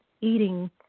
eating